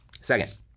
Second